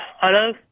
hello